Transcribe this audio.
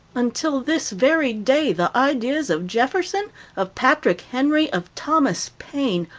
until this very day the ideas of jefferson, of patrick henry, of thomas paine,